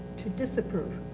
to disapprove.